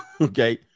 okay